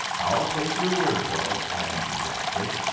i'll take your word for it, i interjected,